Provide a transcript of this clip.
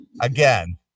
again